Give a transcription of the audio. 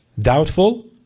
doubtful